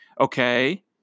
okay